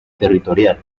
territorial